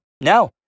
No